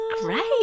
great